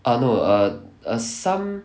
uh no err some